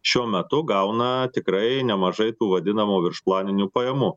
šiuo metu gauna tikrai nemažai tų vadinamų viršplaninių pajamų